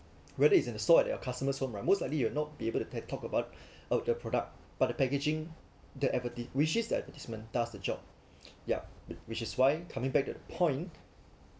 whether it's an assault at your customers from right most likely you will not be able to peptalk about of the product but the packaging the adverti~ which is the advertisement does the job yup which is why coming back the point